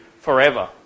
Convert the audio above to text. forever